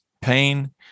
pain